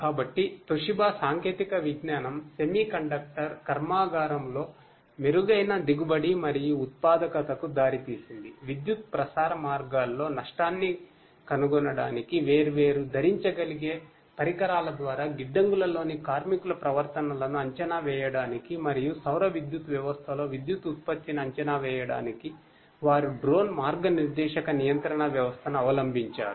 కాబట్టి తోషిబా మార్గనిర్దేశక నియంత్రణ వ్యవస్థను అవలంబించారు